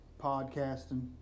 Podcasting